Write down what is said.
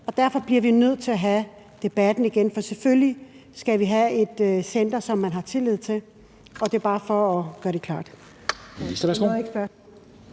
Derfor bliver vi nødt til at have debatten igen, for selvfølgelig skal vi have et center, som man har tillid til – det er bare for at gøre det klart.